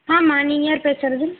ஆமாம் நீங்கள் யார் பேசுறது